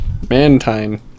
Mantine